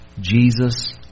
Jesus